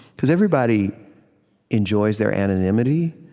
because everybody enjoys their anonymity,